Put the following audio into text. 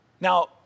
Now